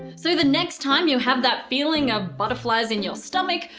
so the next time you have that feeling of butterflies in your stomach,